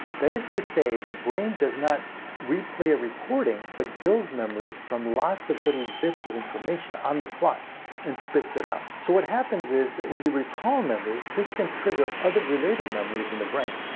that is to say the brain does not replay a recording, but builds memories from lots of little bits of information on the fly and spits it out. so what happens is that when you recall memories, this can trigger other related memories in the brain.